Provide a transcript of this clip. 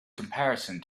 comparison